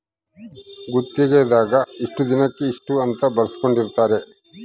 ಗುತ್ತಿಗೆ ದಾಗ ಇಷ್ಟ ದಿನಕ ಇಷ್ಟ ಅಂತ ಬರ್ಸ್ಕೊಂದಿರ್ತರ